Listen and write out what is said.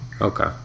Okay